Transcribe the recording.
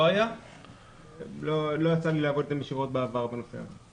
לא יצא לי לעבוד ישירות בעבר בנושא הזה.